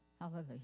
Hallelujah